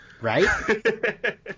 Right